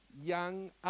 young